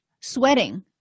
Sweating